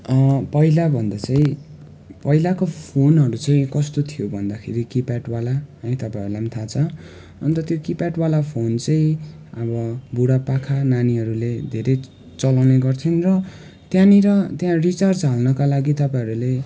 पहिलाभन्दा चाहिँ पहिलाको फोनहरू चाहिँ कस्तो थियो भन्दाखेरि किपेड वाला है तपाईँहरूलाई पनि थाहा छ अन्त त्यो किपेड वाला फोन चाहिँ अब बुढापाका नानीहरूले धेरै चलाउने गर्छन् र त्यहाँनिर त्यहाँ रिचार्ज हाल्नको लागि तपाईँहरूले